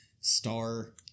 star